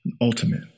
Ultimate